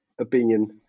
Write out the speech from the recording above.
opinion